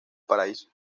paraíso